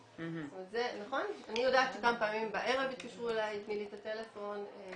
אני יודעת שכמה פעמים בערב התקשרו אליי לתת את הטלפון.